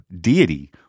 deity